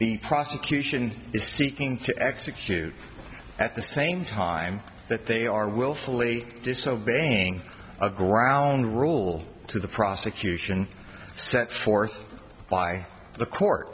the prosecution is seeking to execute at the same time that they are willfully disobeying a ground rule to the prosecution set forth by the court